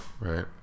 right